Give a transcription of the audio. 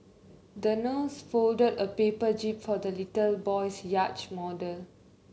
the nurse folded a paper jib for the little boy's yacht model